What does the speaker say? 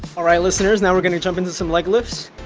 all right, listeners. now we're going to jump into some leg lifts.